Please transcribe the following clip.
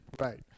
Right